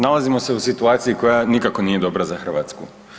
Nalazimo se u situaciji koja nikako nije dobra Hrvatsku.